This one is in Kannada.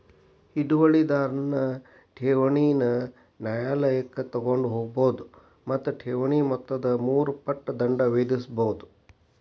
ಹಿಡುವಳಿದಾರನ್ ಠೇವಣಿನ ನ್ಯಾಯಾಲಯಕ್ಕ ತಗೊಂಡ್ ಹೋಗ್ಬೋದು ಮತ್ತ ಠೇವಣಿ ಮೊತ್ತದ ಮೂರು ಪಟ್ ದಂಡ ವಿಧಿಸ್ಬಹುದು